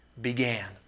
began